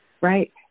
right